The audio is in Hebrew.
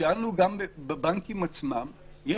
שאלנו גם בבנקים עצמם,